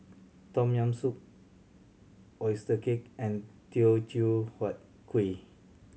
Tom Yam Soup oyster cake and Teochew Huat Kuih